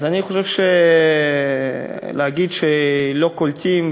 אז אני חושב שלהגיד שלא קולטים,